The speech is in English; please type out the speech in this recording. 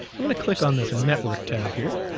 i'm gonna click on this and network tab here,